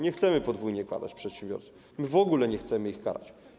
Nie chcemy podwójnie karać przedsiębiorców, w ogóle nie chcemy ich karać.